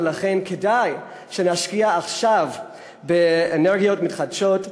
ולכן כדאי שנשקיע עכשיו באנרגיות מתחדשות,